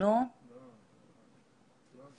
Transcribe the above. מישהו לא רוצה